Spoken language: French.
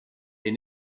est